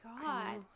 God